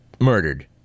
murdered